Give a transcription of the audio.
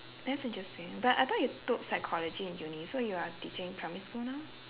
that's interesting but I thought you took psychology in uni so you are teaching primary school now